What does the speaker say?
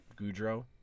Goudreau